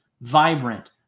vibrant